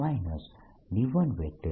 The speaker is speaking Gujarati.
તેથી હું આને D2